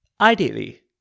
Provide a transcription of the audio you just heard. Ideally